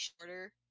shorter